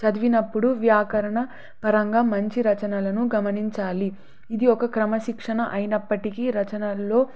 చదివినప్పుడు వ్యాకరణ పరంగా మంచి రచనలను గమనించాలి ఇది ఒక క్రమశిక్షణ అయినప్పటికీ రచనల్లో